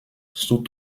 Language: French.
sous